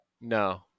No